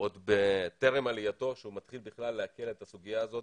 עוד בטרם עלייתו, כשהוא מתחיל לעכל את הסוגיה הזאת